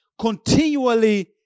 continually